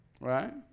Right